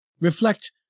Reflect